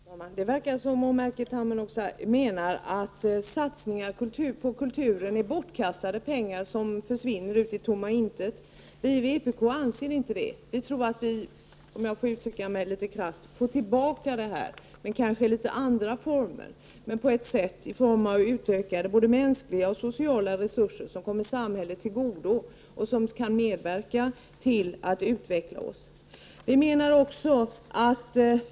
Herr talman! Det verkar som om Erkki Tammenoksa menar att satsningar på kulturen är bortkastade pengar, pengar som försvinner ut i tomma intet. Vi i vpk anser inte det. Vi tror — om jag får uttrycka mig litet krasst — att vi får tillbaka något, kanske i litet andra former. Jag tänker då på både mänskliga och sociala resurser, som kommer samhället till godo och som kan medverka till att vi utvecklas.